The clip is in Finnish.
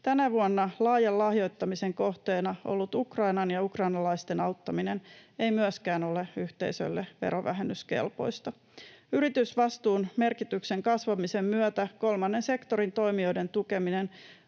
Tänä vuonna laajan lahjoittamisen kohteena ollut Ukrainan ja ukrainalaisten auttaminen ei myöskään ole yhteisöille verovähennyskelpoista. Yritysvastuun merkityksen kasvamisen myötä kolmannen sektorin toimijoiden tukeminen